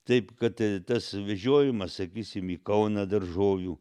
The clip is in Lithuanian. taip kad tas vežiojimas sakysim į kauną daržovių